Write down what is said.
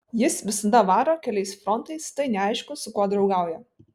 jis visada varo keliais frontais tai neaišku su kuo draugauja